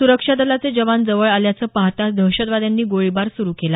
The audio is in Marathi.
सुरक्षा दलाचे जवान जवळ आल्याचं पाहाताच दहशतवाद्यांनी गोळीबार सुरू केला